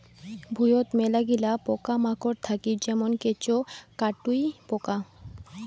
ভুঁইয়ত মেলাগিলা পোকামাকড় থাকি যেমন কেঁচো, কাটুই পোকা